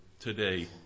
today